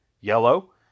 yellow